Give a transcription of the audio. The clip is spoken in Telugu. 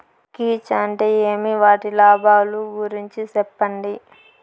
కీచ్ అంటే ఏమి? వాటి లాభాలు గురించి సెప్పండి?